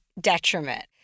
detriment